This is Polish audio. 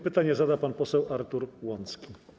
Pytanie zada pan poseł Artur Łącki.